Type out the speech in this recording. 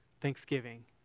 thanksgiving